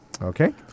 Okay